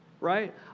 right